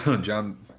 John